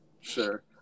Sure